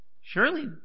Surely